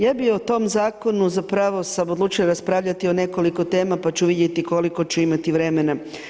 Ja bi o tom zakonu zapravo sam odlučila raspravljati o nekoliko tema, pa ću vidjeti koliko ću imati vremena.